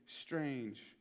strange